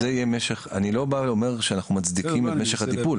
ואומר שאנחנו מצדיקים את משך הטיפול.